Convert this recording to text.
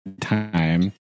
time